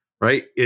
right